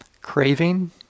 Craving